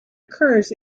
occurs